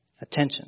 attention